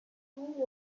simili